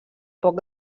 poc